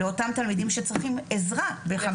לאותם תלמידים שצריכים עזרה בחמש יחידות.